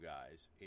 guys